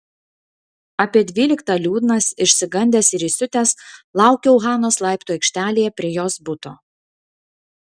apie dvyliktą liūdnas išsigandęs ir įsiutęs laukiau hanos laiptų aikštelėje prie jos buto